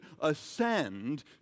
ascend